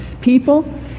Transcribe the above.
people